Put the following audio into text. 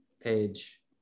page